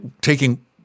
taking